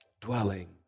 dwelling